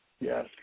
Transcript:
Yes